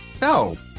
No